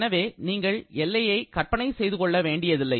எனவே நீங்கள் எல்லையை கற்பனை செய்து கொள்ள வேண்டியதில்லை